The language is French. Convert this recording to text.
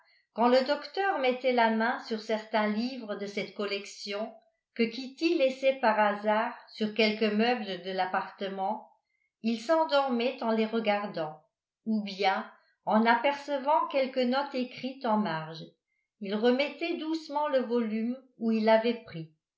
quand le docteur mettait la main sur certains livres de cette collection que kitty laissait par hasard sur quelque meuble de l'appartement il s'endormait en les regardant ou bien en apercevant quelque note écrite en marge il remettait doucement le volume où il l'avait pris